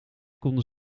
konden